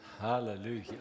hallelujah